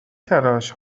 تلاش